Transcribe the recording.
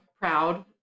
proud